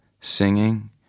singing